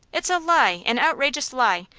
it's a lie an outrageous lie!